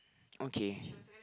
okay